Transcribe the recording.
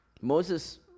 moses